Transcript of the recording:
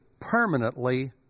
permanently